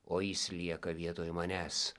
o jis lieka vietoj manęs